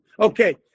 Okay